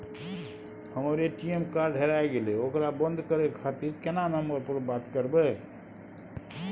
हमर ATM card हेराय गेले ओकरा बंद करे खातिर केना नंबर पर बात करबे?